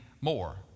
more